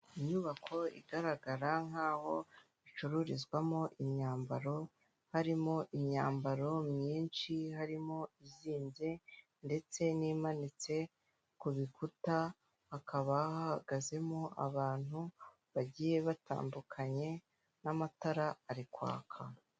Inyubako igaragara nk'aho icururizwamo imyambaro, harimo imyambaro myinshi, harimo izinze ndetse n'imanitse ku bikuta, hakaba hahagazemo abantu bagiye batandukanye n'amatara ari kwaka.